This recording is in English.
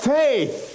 faith